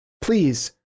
Please